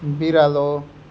बिरालो